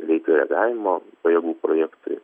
greito reagavimo pajėgų projektui